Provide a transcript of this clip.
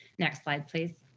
next slide, please.